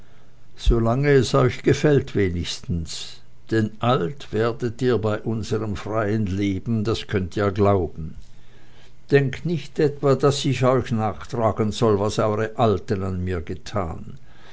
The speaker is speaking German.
solange es euch gefällt wenigstens denn alt werdet ihr bei unserm freien leben das könnt ihr glauben denkt nicht etwa daß ich euch nachtragen will was eure alten an mir getan